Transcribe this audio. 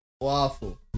waffle